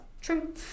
true